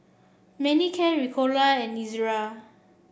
Manicare Ricola and Ezerra